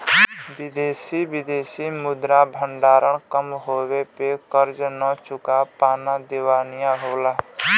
विदेशी विदेशी मुद्रा भंडार कम होये पे कर्ज न चुका पाना दिवालिया होला